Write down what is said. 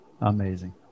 Amazing